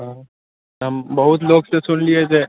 हॅं हम बहुत लोक सऽ सुनलियै जे